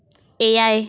ᱮᱭᱟᱭ